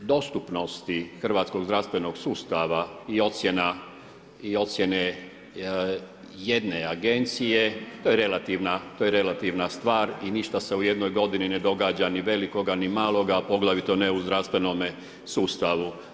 Što se tiče dostupnosti hrvatskog zdravstvenog sustava i ocjene jedne agencije, to je relativna stvar i ništa se u jednoj godini ne događa ni velikoga ni maloga, a poglavito ne u zdravstvenome sustavu.